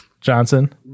Johnson